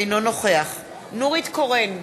אינו נוכח נורית קורן,